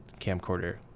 camcorder